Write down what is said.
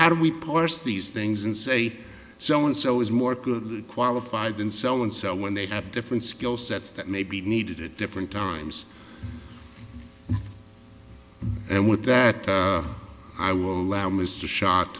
how do we parse these things and say so and so is more qualified than sell and sell when they have different skill sets that may be needed at different times and with that i will allow mr shot